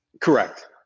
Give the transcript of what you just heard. Correct